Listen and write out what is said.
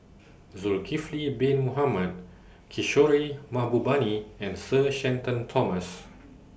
Zulkifli Bin Mohamed Kishore Mahbubani and Sir Shenton Thomas